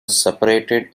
separated